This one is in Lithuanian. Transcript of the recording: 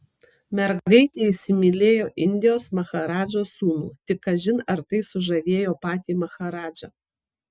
mergaitė įsimylėjo indijos maharadžos sūnų tik kažin ar tai sužavėjo patį maharadžą